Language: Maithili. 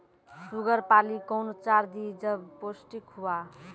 शुगर पाली कौन चार दिय जब पोस्टिक हुआ?